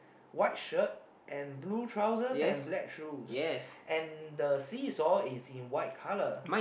white shirt and blue trousers and black shoes and the seesaw is in white colour